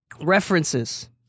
references